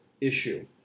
issue